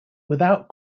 without